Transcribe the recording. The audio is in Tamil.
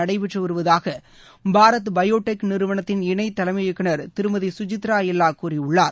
நடைபெற்று வருவதாக பாரத் பயோடெக் நிறுவனத்தின் இணை தலைமை இயக்குநர் திருமதி சுசித்ரா எல்லா கூறியுள்ளார்